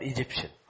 Egyptian